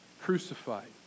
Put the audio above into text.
crucified